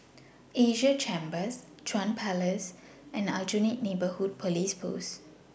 Asia Chambers Chuan Place and Aljunied Neighbourhood Police Post